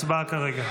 הצבעה כעת.